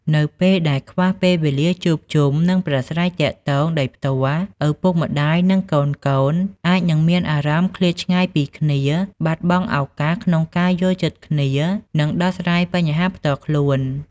នៅពេលដែលខ្វះពេលវេលាជួបជុំ និងប្រាស្រ័យទាក់ទងដោយផ្ទាល់ ឪពុកម្ដាយ និងកូនៗអាចនឹងមានអារម្មណ៍ឃ្លាតឆ្ងាយពីគ្នា បាត់បង់ឱកាសក្នុងការយល់ចិត្តគ្នា និងដោះស្រាយបញ្ហាផ្ទាល់ខ្លួន។